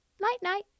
Night-night